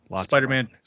Spider-Man